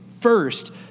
first